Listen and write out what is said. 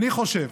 אני חושב